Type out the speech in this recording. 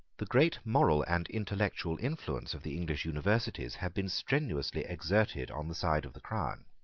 the great moral and intellectual influence of the english universities had been strenuously exerted on the side of the crown.